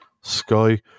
Sky